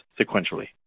sequentially